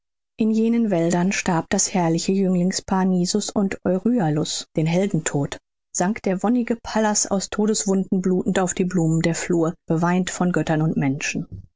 in jenen wäldern starb das herrliche jünglingspaar nisus und euryalus den heldentod sank der wonnige pallas aus todeswunden blutend auf die blumen der flur beweint von göttern und menschen